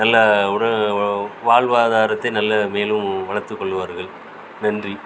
நல்ல உடல் வாழ்வாதாரத்தையும் நல்ல மேலும் வளர்த்து கொள்ளுவார்கள் நன்றி